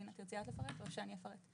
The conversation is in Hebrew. לינא, תרצי את לפרט או שאני אפרט?